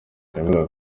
ivuga